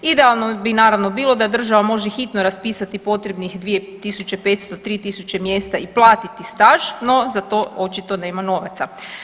Idealno bi naravno bilo da država može hitno raspisati potrebnih 2500, 3000 mjesta i platiti staž no za to očito nema novaca.